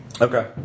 Okay